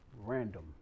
random